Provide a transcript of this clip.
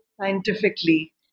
scientifically